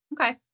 Okay